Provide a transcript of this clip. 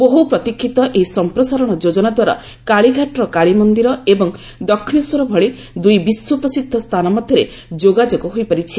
ବହୁ ପ୍ରତୀକ୍ଷିତ ଏହି ସମ୍ପ୍ରସାରଣ ଯୋଜନା ଦ୍ୱାରା କାଳୀଘାଟର କାଳୀମନ୍ଦିର ଏବଂ ଦକ୍ଷିଣେଶ୍ୱର ଭଳି ଦୁଇ ବିଶ୍ୱପ୍ରସିଦ୍ଧ ସ୍ଥାନ ମଧ୍ୟରେ ଯୋଗାଯୋଗ ହୋଇପାରିଛି